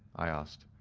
i asked.